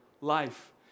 life